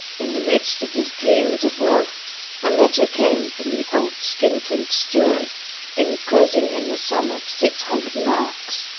in the midst of his dreams of wealth a letter came from the old skinflint's steward enclosing him the sum of six hundred marks,